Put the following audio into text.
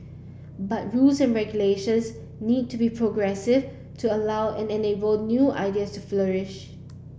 but rules and regulations need to be progressive to allow and enable new ideas to flourish